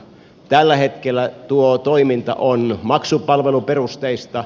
tällä hetkellä tuo toiminta on maksupalveluperusteista